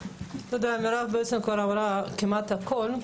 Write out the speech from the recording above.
מירב בעצם כבר אמרה כמעט הכול.